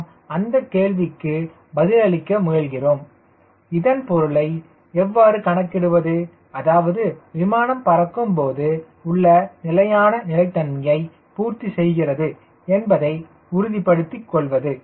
நாம் அந்த கேள்விக்கு பதிலளிக்க முயல்கிறோம் இதன் பொருளை எவ்வாறு கணக்கிடுவது அதாவது விமானம் பறக்கும் போது உள்ள நிலையான நிலைத்தன்மையை பூர்த்தி செய்கிறது என்பதை உறுதிப்படுத்திக் கொள்வது